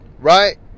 right